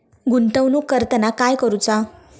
गुंतवणूक करताना काय करुचा?